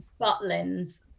Butlins